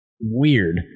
weird